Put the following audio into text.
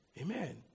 Amen